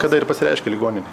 kada ir pasireiškė ligoninėj